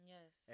Yes